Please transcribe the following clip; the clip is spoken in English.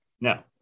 No